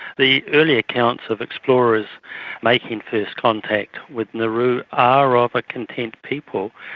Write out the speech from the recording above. the early accounts of explorers making first contact with nauru are of a content people,